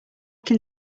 can